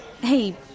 Hey